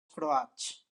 croats